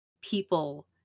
people